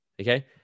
Okay